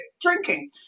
drinking